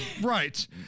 Right